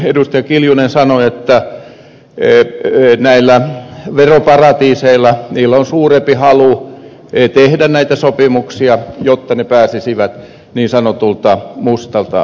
kimmo kiljunen sanoi että näillä veroparatiiseilla on suurempi halu tehdä näitä sopimuksia jotta ne pääsisivät niin sanotulta mustalta listalta